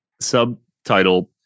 subtitle